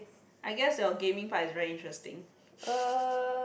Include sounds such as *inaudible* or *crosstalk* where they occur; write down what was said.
I guess your gaming part is very interesting *laughs*